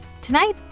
tonight